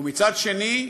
מצד שני,